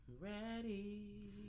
ready